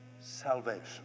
salvation